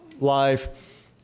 life